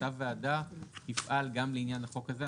אותה ועדה תפעל גם לעניין החוק הזה.